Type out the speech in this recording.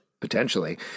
Potentially